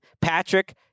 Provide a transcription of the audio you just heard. Patrick